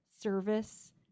service